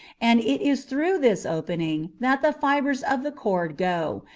and it is through this opening that the fibres of the cord go,